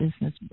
business